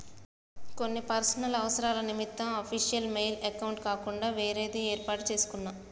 కొన్ని పర్సనల్ అవసరాల నిమిత్తం అఫీషియల్ మెయిల్ అకౌంట్ కాకుండా వేరేది యేర్పాటు చేసుకున్నా